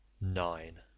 Nine